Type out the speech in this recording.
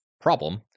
problem